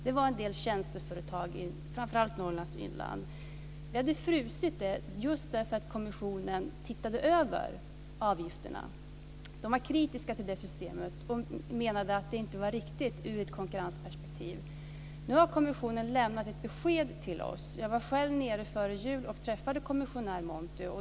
Det var en del tjänsteföretag i framför allt Norrlands inland. Vi hade fryst dem just därför att kommissionen tittade över avgifterna. De var kritiska till det systemet och menade att det inte var riktigt ur ett konkurrensperspektiv. Nu har kommissionen lämnat ett besked till oss. Jag var själv nere före jul och träffade kommissionär Monti.